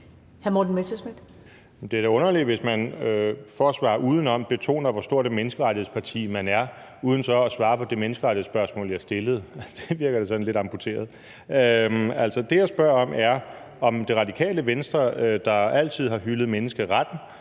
Det er da underligt, at man for at svare udenom betoner, hvor stort et menneskerettighedsparti man er, uden at man så svarer på det menneskerettighedsspørgsmål, jeg stillede. Det virker da sådan lidt amputeret. Altså, det, jeg spørger om, er, om Det Radikale Venstre, der altid har hyldet menneskeretten,